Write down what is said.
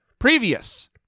Previous